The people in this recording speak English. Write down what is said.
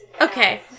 okay